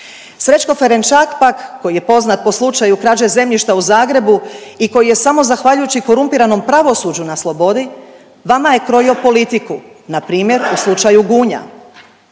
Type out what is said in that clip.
Srećko Ferenčak pak koji je poznat po slučaju krađe zemljišta u Zagrebu i koji je samo zahvaljujući korumpiranom pravosuđu na slobodi vama je krojio politiku na primjer u slučaju Gunja.